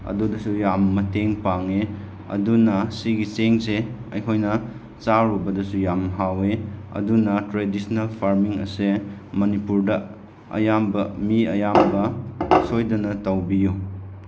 ꯑꯗꯨꯗꯁꯨ ꯌꯥꯝ ꯃꯇꯦꯡ ꯄꯥꯡꯏ ꯑꯗꯨꯅ ꯁꯤꯒꯤ ꯆꯦꯡꯁꯦ ꯑꯩꯈꯣꯏꯅ ꯆꯔꯨꯕꯗꯁꯨ ꯌꯥꯝ ꯍꯥꯎꯏ ꯑꯗꯨꯅ ꯇ꯭ꯔꯦꯗꯤꯁꯟꯅꯦꯜ ꯐꯥꯔꯃꯤꯡ ꯑꯁꯦ ꯃꯅꯤꯄꯨꯔꯗ ꯑꯌꯥꯝꯕ ꯃꯤ ꯑꯌꯥꯝꯕ ꯁꯣꯏꯗꯅ ꯇꯧꯕꯤꯌꯨ